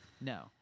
no